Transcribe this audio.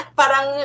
parang